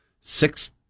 six